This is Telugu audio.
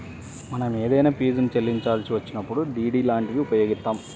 మనం ఏదైనా ఫీజుని చెల్లించాల్సి వచ్చినప్పుడు డి.డి లాంటివి ఉపయోగిత్తాం